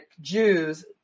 Jews